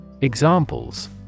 Examples